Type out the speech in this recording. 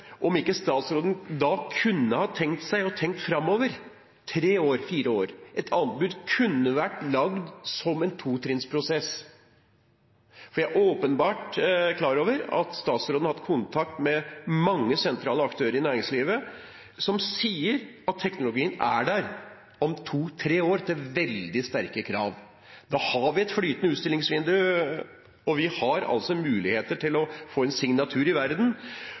år framover? Et anbud kunne vært lagd som en totrinnsprosess. For jeg er fullstendig klar over at statsråden har hatt kontakt med mange sentrale aktører i næringslivet som sier at teknologien er der om to–tre år, til veldig sterke krav. Da har vi et flytende utstillingsvindu, og vi har muligheter til å få en signatur i verden.